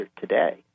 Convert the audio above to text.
today